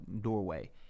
doorway